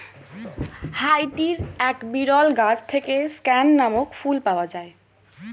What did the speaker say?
হাইতির এক বিরল গাছ থেকে স্ক্যান নামক ফুল পাওয়া যায়